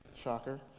shocker